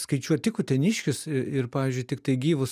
skaičiuot tik uteniškius i ir pavyzdžiui tiktai gyvus